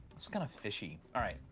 it's kind of fishy. all right,